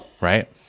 right